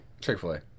Chick-fil-A